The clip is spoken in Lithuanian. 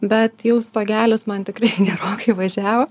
bet jau stogelis man tikrai gerokai važiavo